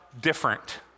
different